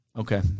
Okay